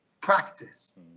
practice